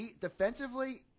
defensively